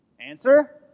Answer